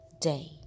day